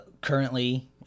currently